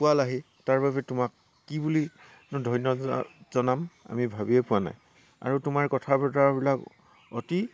পোৱালাহি তাৰ বাবে তোমাক কি বুলিনো ধন্যবাদ জনাম আমি ভাবিয়ে পোৱা নাই আৰু তোমাৰ কথা বতৰাবিলাক অতি